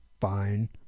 fine